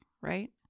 right